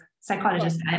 psychologist